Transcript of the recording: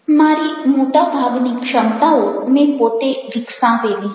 મારી મોટા ભાગની ક્ષમતાઓ મેં પોતે વિકસાવેલી છે